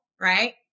right